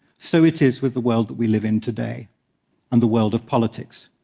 so it is with the world that we live in today and the world of politics.